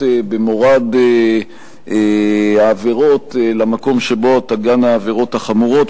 במורד העבירות למקום שבו תגענה העבירות החמורות,